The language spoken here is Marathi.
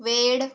वेळ